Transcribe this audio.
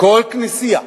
כל כנסייה,